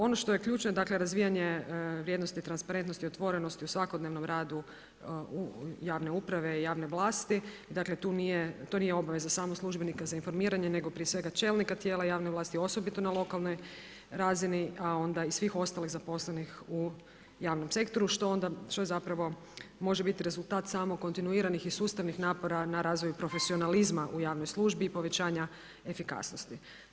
Ono što je ključno, dakle razvijanje vrijednosti, transparentnosti i otvorenosti u svakodnevnom radu javne uprave i javne vlasti, dakle to nije obaveza samo službenika za informiranje nego prije svega čelnika tijela javne vlasti, osobito na lokalnoj razini a onda i svih ostalih zaposlenih u javnom sektoru što zapravo može biti rezultat sam kontinuiranih i sustavnih napora na razvoju profesionalizma u javnoj službi i povećanja efikasnosti.